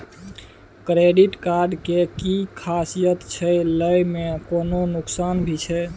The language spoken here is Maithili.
क्रेडिट कार्ड के कि खासियत छै, लय में कोनो नुकसान भी छै?